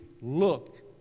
look